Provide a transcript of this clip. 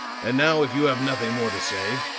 and now, if you have nothing more to say,